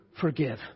forgive